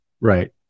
Right